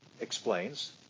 explains